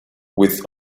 with